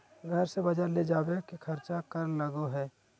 घर से बजार ले जावे के खर्चा कर लगो है?